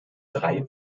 drei